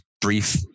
brief